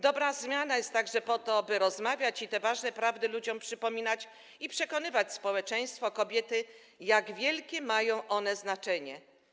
Dobra zmiana jest także po to, aby rozmawiać, te ważne prawdy ludziom przypominać i przekonywać społeczeństwo, kobiety, jak wielkie mają one znaczenie.